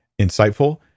insightful